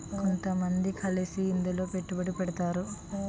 కొంతమంది కలిసి ఇందులో పెట్టుబడి పెడతారు